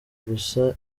gusa